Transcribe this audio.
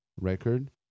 record